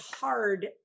hard